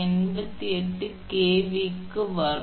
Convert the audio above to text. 88 kVcm க்கு வரும்